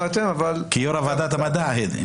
כיושב ראש ועדת המדע.